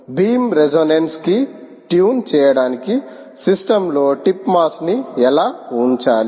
beam resonance కి tune చేయడానికి system లో టిప్ మాస్ని ఎలా ఉంచాలి